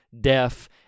deaf